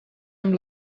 amb